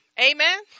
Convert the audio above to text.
Amen